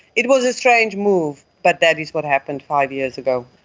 it was a strange move but that is what happened five years ago.